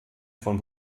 von